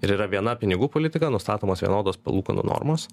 ir yra viena pinigų politika nustatomos vienodos palūkanų normos